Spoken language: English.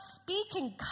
speaking